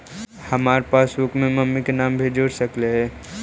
हमार पासबुकवा में मम्मी के भी नाम जुर सकलेहा?